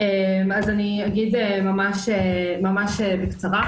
אני אגיד ממש בקצרה.